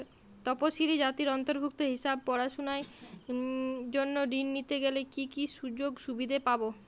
তফসিলি জাতির অন্তর্ভুক্ত হিসাবে পড়াশুনার জন্য ঋণ নিতে গেলে কী কী সুযোগ সুবিধে পাব?